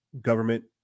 government